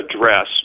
address